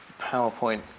PowerPoint